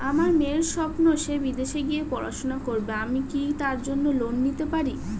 আমার মেয়ের স্বপ্ন সে বিদেশে গিয়ে পড়াশোনা করবে আমি কি তার জন্য লোন পেতে পারি?